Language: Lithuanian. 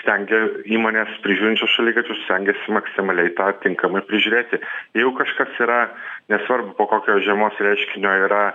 stengia įmonės prižiūrinčios šaligatvius stengiasi maksimaliai tą tinkamai ir prižiūrėti jeigu kažkas yra nesvarbu po kokios žiemos reiškinio yra